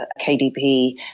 KDP